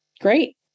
Great